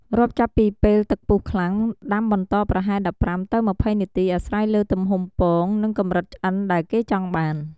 រាប់ចាប់ពីពេលទឹកពុះខ្លាំង ដាំបន្តប្រហែល ១៥ ទៅ ២០ នាទីអាស្រ័យលើទំហំពង និងកម្រិតឆ្អិនដែលគេចង់បាន។